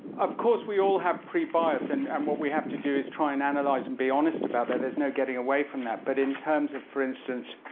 of course we all have pre-bias, and and what we have to do is try, and analyze, and be honest about that. there's no getting away from that. but in terms of, for instance,